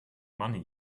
money